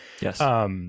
Yes